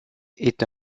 est